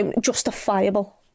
justifiable